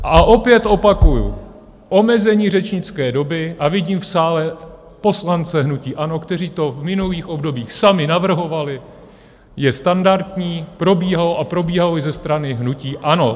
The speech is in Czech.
A opět opakuju, omezení řečnické doby, a vidím v sále poslance hnutí ANO, kteří to v minulých obdobích sami navrhovali, je standardní, probíhalo, a probíhalo i ze strany hnutí ANO.